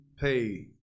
pay